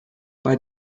bei